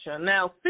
Now